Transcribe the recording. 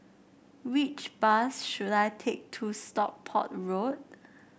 which bus should I take to Stockport Road